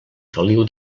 feliu